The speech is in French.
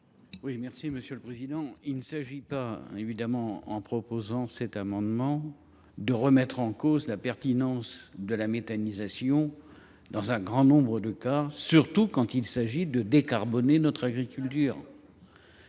pour explication de vote. Il ne s’agit évidemment pas, en proposant cette mesure, de remettre en cause la pertinence de la méthanisation dans un grand nombre de cas, surtout quand il s’agit de décarboner notre agriculture.